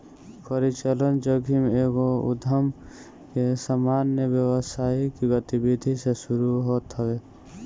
परिचलन जोखिम एगो उधम के सामान्य व्यावसायिक गतिविधि से शुरू होत हवे